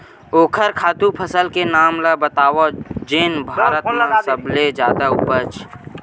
ओखर खातु फसल के नाम ला बतावव जेन भारत मा सबले जादा उपज?